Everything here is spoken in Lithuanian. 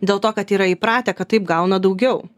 dėl to kad yra įpratę kad taip gauna daugiau